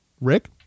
Rick